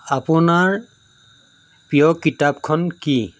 আপোনাৰ প্ৰিয় কিতাপখন কি